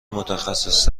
متخصص